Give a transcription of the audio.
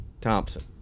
Thompson